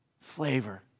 flavor